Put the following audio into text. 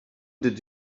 did